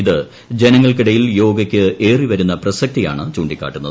ഇത് ജനങ്ങൾക്കിടയിൽ യോഗയ്ക്ക് ഏറിവ രുന്ന പ്രസക്തിയാണ് ചൂണ്ടിക്കാട്ടുന്നത്